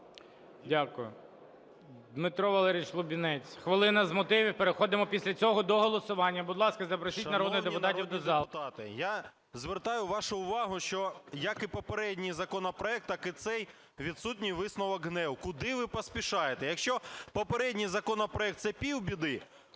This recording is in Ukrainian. Дякую. Дмитро Валерійович Лубінець, хвилина з мотивів. Переходимо після цього до голосування. Будь ласка, запросіть народних депутатів до зали. 17:43:22 ЛУБІНЕЦЬ Д.В. Шановні народні депутати, я звертаю вашу увагу, що, як і попередній законопроект, так і цей – відсутній висновок ГНЕУ. Куди ви поспішаєте? Якщо попередній законопроект – це півбіди,